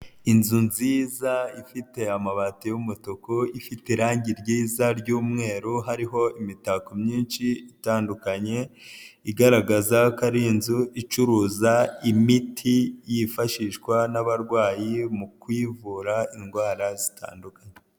Inzu nziza ifite amabati y'umutuku, ifite irangi ryiza ryumweru hariho imitako myinshi itandukanye, igaragaza ko ari inzu icuruza imiti yifashishwa n'abarwayi mu kwivura indwara zitandukanye.